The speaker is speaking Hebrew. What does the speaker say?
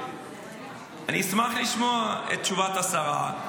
אני אשמח לשמוע את תשובת השרה.